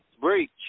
Breach